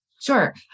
Sure